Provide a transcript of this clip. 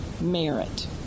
merit